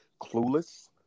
clueless